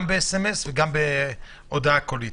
גם בסמ"ס וגם בהודעה קולית.